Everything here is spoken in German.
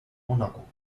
monaco